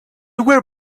were